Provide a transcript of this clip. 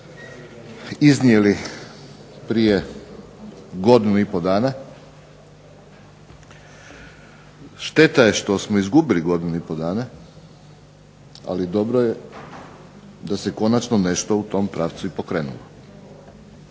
iznijeli prije godinu i po dana, šteta je što smo izgubili godinu i po dana, ali dobro je da se konačno nešto u tom pravcu i pokrenulo.